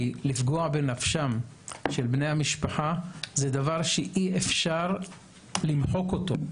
כי לפגוע בנפשם של בני המשפחה זה דבר שאי אפשר למחוק אותו.